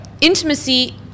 intimacy